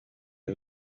y’u